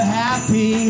happy